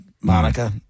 Monica